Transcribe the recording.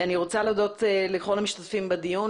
אני רוצה להודות לכל המשתתפים בדיון,